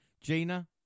Gina